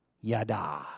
yada